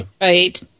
Right